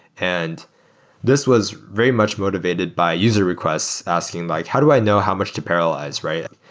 and this was very much motivated by user requests asking like how do i know how much to parallelize, right?